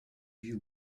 you